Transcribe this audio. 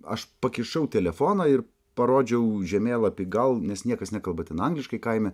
aš pakišau telefoną ir parodžiau žemėlapį gal nes niekas nekalba ten angliškai kaime